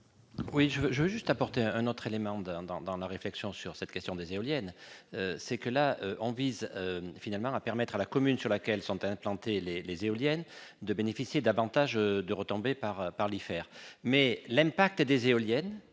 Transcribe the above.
veux je veux juste apporter un autre élément d'un dans dans la réflexion sur cette question des éoliennes, c'est que là on vise finalement à permettre à la commune sur laquelle sont implantées les éoliennes de bénéficier davantage de retombées par par l'hiver, mais l'impact des éoliennes